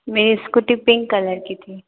मेरी scooty pink colour की थी